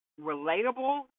relatable